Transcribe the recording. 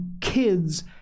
kids